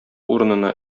урынына